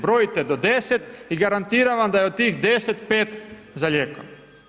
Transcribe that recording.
Brojite do 10 i garantiran vam da je od tih 10, 5 za lijekove.